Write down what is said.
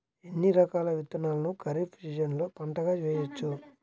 ఎన్ని రకాల విత్తనాలను ఖరీఫ్ సీజన్లో పంటగా వేయచ్చు?